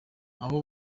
aho